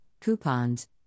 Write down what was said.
coupons